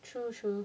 true true